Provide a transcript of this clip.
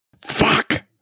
Fuck